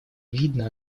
видно